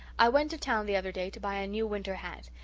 i went to town the other day to buy a new winter hat.